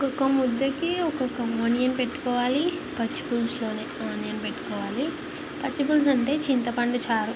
ఒక్కొక్క ముద్దకి ఒక్కొక్క ఆనియన్ పెట్టుకోవాలి పచ్చిపులుసులోనే ఆనియన్ పెట్టుకోవాలి పచ్చిపులుసంటే చింతపండు చారు